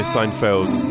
Seinfeld